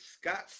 scott